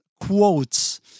quotes